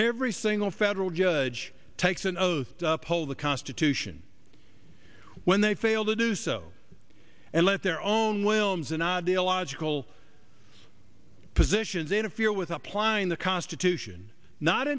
every single federal judge takes an oath to uphold the constitution when they fail to do so and let their own wilma's an ideological positions in a fear with applying the constitution not